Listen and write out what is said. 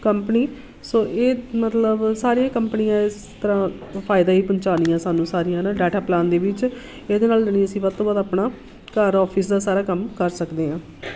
company so ਇਹ ਮਤਲਬ ਸਾਰੀਆਂ ਕੰਪਨੀਆਂ ਇਸ ਤਰ੍ਹਾਂ ਫਾਇਦਾ ਹੀ ਪਹੁੰਚਾਦੀਆਂ ਸਾਨੂੰ ਸਾਰੀਆਂ ਨਾ ਡਾਟਾ ਪਲਾਨ ਦੇ ਵਿੱਚ ਇਹਦੇ ਨਾਲ ਜਾਣੀ ਅਸੀਂ ਵੱਧ ਤੋਂ ਵੱਧ ਆਪਣਾ ਘਰ ਔਫਿਸ ਦਾ ਸਾਰਾ ਕੰਮ ਕਰ ਸਕਦੇ ਹਾਂ